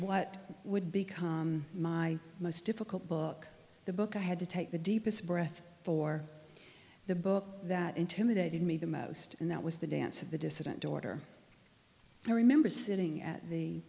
what would become my most difficult book the book i had to take the deepest breath for the book that intimidated me the most and that was the dance of the dissident daughter i remember sitting at the